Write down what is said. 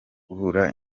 guhura